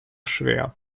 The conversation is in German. schwer